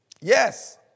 Yes